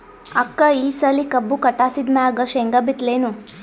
ಅಕ್ಕ ಈ ಸಲಿ ಕಬ್ಬು ಕಟಾಸಿದ್ ಮ್ಯಾಗ, ಶೇಂಗಾ ಬಿತ್ತಲೇನು?